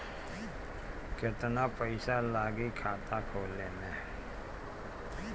केतना पइसा लागी खाता खोले में?